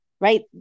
right